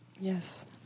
Yes